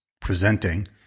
presenting